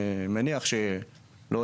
אני מניח שלא,